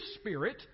spirit